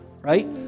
right